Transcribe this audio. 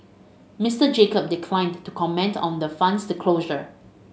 Mister Jacob declined to comment on the fund's closure